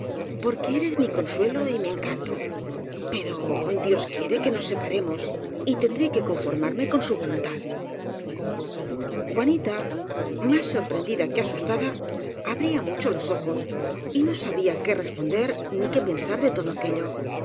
tí porque eres mi consuelo y mi encanto pero dios quiere que nos separemos y tendré que conformarme con su voluntad juanita más sorprendida que asustada abría mucho los ojos y no sabía qué responder ni qué pensar de todo aquello